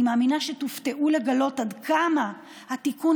אני מאמינה שתופתעו לגלות עד כמה התיקון